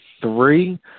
three